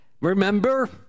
Remember